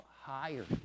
higher